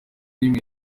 n’imwe